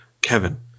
Kevin